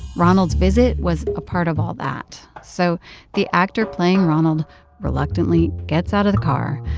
ronald's visit was a part of all that so the actor playing ronald reluctantly gets out of the car,